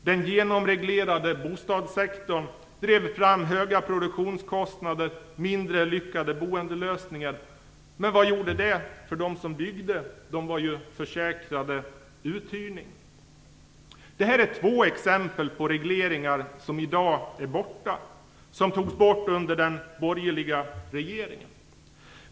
Den genomreglerade bostadssektorn drev fram höga produktionskostnader och mindre lyckade boendelösningar. Men vad spelade det för roll? De som byggde var ju försäkrade om uthyrning. Detta är två exempel på regleringar som i dag är borta. De togs bort under den borgerliga regeringen.